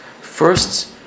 First